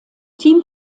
team